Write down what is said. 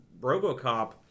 RoboCop